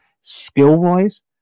Skill-wise